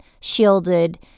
shielded